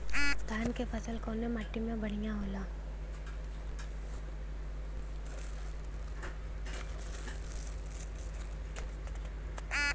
धान क फसल कवने माटी में बढ़ियां होला?